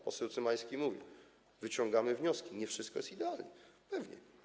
Poseł Cymański mówił: wyciągamy wnioski, nie wszystko jest idealnie.